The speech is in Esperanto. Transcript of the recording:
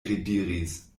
rediris